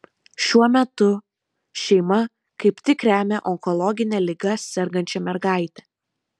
šiuo metu šeima kaip tik remia onkologine liga sergančią mergaitę